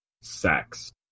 sex